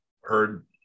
heard